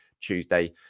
Tuesday